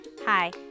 Hi